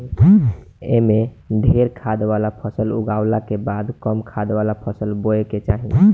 एमे ढेरे खाद वाला फसल उगावला के बाद कम खाद वाला फसल बोए के चाही